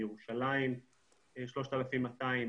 בירושלים 3,200,